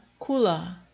Kula